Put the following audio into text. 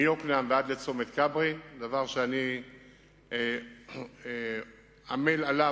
מיוקנעם ועד לצומת כברי, דבר שאני עמל עליו.